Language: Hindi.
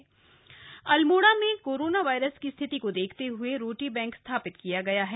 रोटी बैंक अल्मोड़ा अल्मोड़ा में कोरोना वायरस की स्थिति को देखते हुए रोटी बैंक स्थापित किया गया है